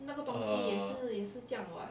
err